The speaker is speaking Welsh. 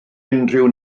unrhyw